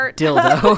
dildo